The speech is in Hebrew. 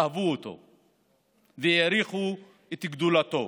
אהבו אותו והעריכו את גדולתו.